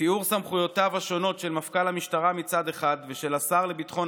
תיאור סמכויותיו השונות של מפכ"ל המשטרה מצד אחד ושל השר לביטחון